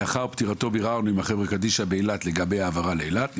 לאחר פטירתו ביררנו עם חברה קדישא באילת לגבי העבר לאילת.